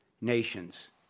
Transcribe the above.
nations